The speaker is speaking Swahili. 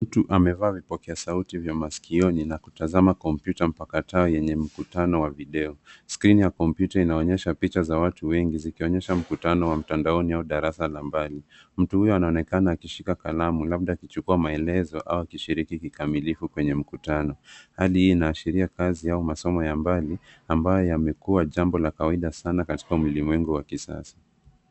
Mtu amevaa vipokea sauti vya masikioni na kutazama kompyuta mpakatao yenye mkutano wa video skrini ya kompyuta inaonyesha picha za watu wengi zikionyesha mkutano wa mtandaoni au darasa la mbali. Mtu huyu anaonekana akishika kalamu labda akichukua maelezo au akishiriki kikamilifu kwenye mkutano. Hali hii inaashiria kazi au masomo ya mbali ambayo yamekuwa jambo la kawaida sana katika mulimwengu wa kisasa.